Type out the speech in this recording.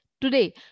Today